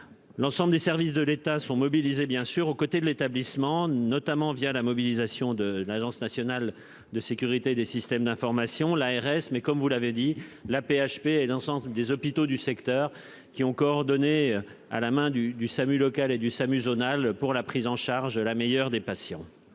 L'ensemble des services de l'État sont mobilisés bien sûr aux côtés de l'établissement, notamment via la mobilisation de l'Agence nationale de sécurité des systèmes d'information, l'ARS mais comme vous l'avez dit, l'AP-HP et dans le sens des hôpitaux du secteur qui ont coordonné à la main du du SAMU local et du SAMU zonal pour la prise en charge de la meilleure des patients.